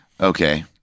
Okay